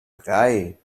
drei